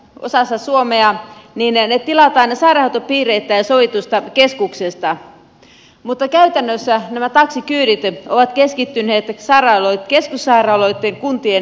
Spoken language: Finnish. osassa suomea ne tilataan sairaanhoitopiireittäin ja sovitusta keskuksesta mutta käytännössä nämä taksikyydit ovat keskittyneet keskussairaaloitten kuntien takseille